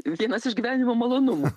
vienas iš gyvenimo malonumų